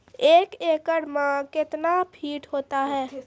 एक एकड मे कितना फीट होता हैं?